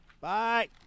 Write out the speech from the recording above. Bye